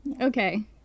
Okay